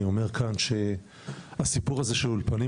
אני אומר כאן שהסיפור הזה של אולפנים,